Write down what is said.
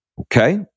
Okay